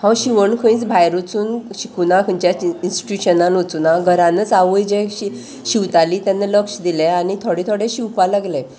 हांव शिवण खंयच भायर वचून शिकुना खंयच्या इन्स्टिट्युशनान वचुना घरानूच आवय जे शि शिंवताली तेन्ना लक्ष दिलें आनी थोडें थोडें शिंवपाक लागलें